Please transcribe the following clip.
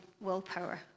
willpower